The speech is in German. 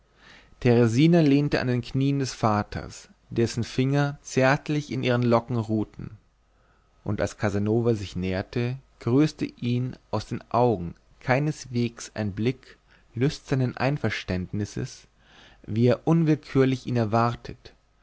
teresina lehnte an den knien des vaters dessen finger zärtlich in ihren locken ruhten und als casanova sich näherte grüßte ihn aus ihren augen keineswegs ein blick lüsternen einverständnisses wie er unwillkürlich ihn erwartet